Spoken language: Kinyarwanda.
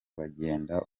bagenda